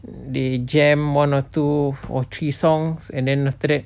they jam one or two or three songs and then after that